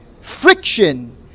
friction